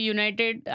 United